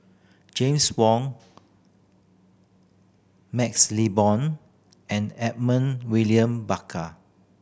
James Wong MaxLe Bond and Edmund William Barkar